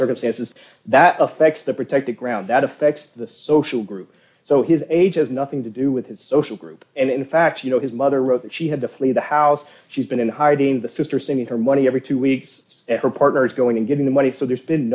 circumstances that affects the protective ground that affects the social group so his age has nothing to do with his social group and in fact you know his mother wrote that she had to flee the house she's been in hiding the sister seeing her money every two weeks her partner's going and getting the money so there's been